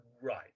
right